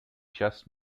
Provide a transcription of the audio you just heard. just